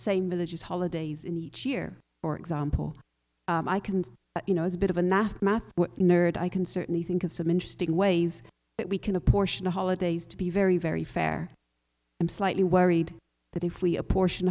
same religious holidays in each year for example i can you know as a bit of a nap math nerd i can certainly think of some interesting ways that we can apportion the holidays to be very very fair and slightly worried that if we apportion